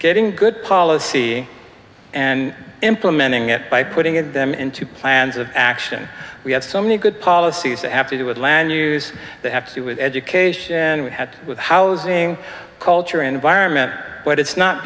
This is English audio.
getting good policy and implementing it by putting them into plans of action we have so many good policies that have to do with land use that have to do with education we've had with housing culture environment but it's not